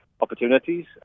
Opportunities